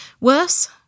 Worse